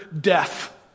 death